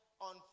on